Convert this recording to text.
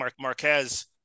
Marquez